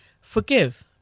Forgive